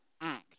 act